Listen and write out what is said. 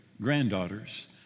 granddaughters